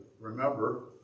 remember